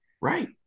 Right